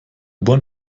bahn